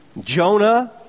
Jonah